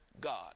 God